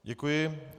Děkuji.